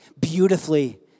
beautifully